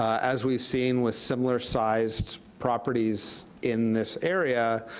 as we've seen with similar sized properties in this area,